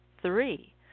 three